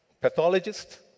pathologist